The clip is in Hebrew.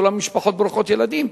כולם משפחות ברוכות ילדים.